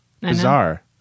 Bizarre